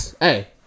Hey